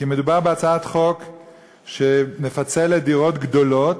כי מדובר בהצעת לפיצול דירות גדולות